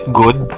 good